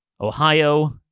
Ohio